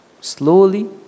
Slowly